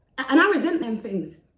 and i resent them things.